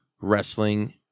wrestling